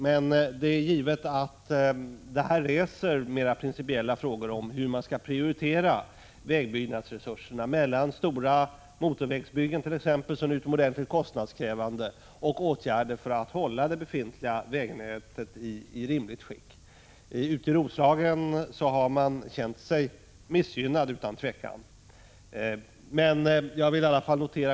Men detta reser naturligtvis mer principiella frågor om hur man skall prioritera vägbyggnadsresurserna — om man skall prioritera stora motorvägsbyggen t.ex., som är utomordentligt kostnadskrävande, eller om man skall prioritera åtgärder för att hålla det befintliga vägnätet i rimligt skick. I Roslagen har människor utan tvivel känt sig missgynnade.